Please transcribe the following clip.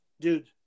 dude